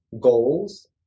goals